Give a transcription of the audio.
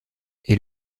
est